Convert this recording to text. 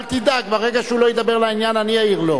אל תדאג, ברגע שהוא לא ידבר לעניין אני אעיר לו.